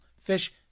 Fish